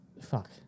Fuck